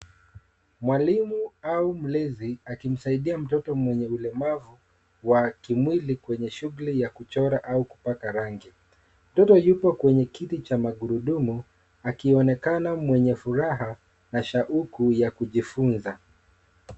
Mwalimu au mlezi akimsaidia mtoto mwenye ulemavu wa kimwili kwenye shuguli ya kuchora au kupaka rangi. Mtoto yupo kwenye kiti cha magurudumu akionekana mwenye furaha na shauku ya kujifunza.